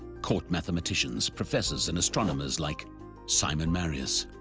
court mathematicians, professors, and astronomers, like simon marius,